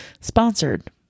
sponsored